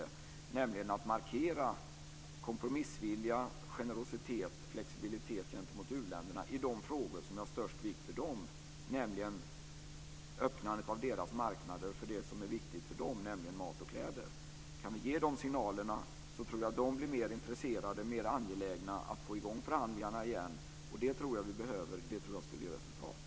Det handlar om att markera kompromissvilja, generositet och flexibilitet gentemot u-länderna i de frågor som är av störst vikt för dem, nämligen öppnandet av deras marknader för det som är viktigt för dem, dvs. mat och kläder. Om vi kan ge de signalerna tror jag att de blir mer intresserade och mer angelägna att få i gång förhandlingarna igen. Det tror jag vi behöver. Jag tror att det skulle ge resultat.